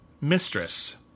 Mistress